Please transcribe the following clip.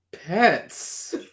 Pets